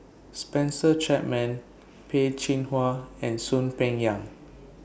Spencer Chapman Peh Chin Hua and Soon Peng Yam